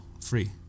free